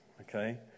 Okay